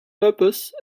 purpose